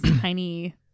tiny